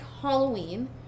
Halloween